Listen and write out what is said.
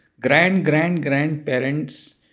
grand-grand-grandparents